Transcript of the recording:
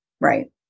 Right